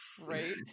Right